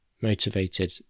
motivated